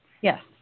Yes